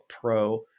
Pro